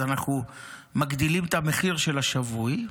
אז אנחנו מגדילים את המחיר של השבוי.